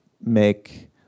make